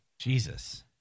Jesus